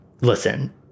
listen